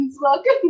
Welcome